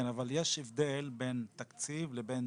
כן, אבל יש הבדל בין תקציב לבין